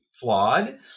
flawed